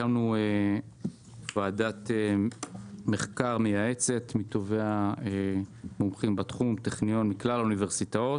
הקמנו ועדת מחקר מייעצת עם טובי המומחים בתחום מכלל האוניברסיטאות.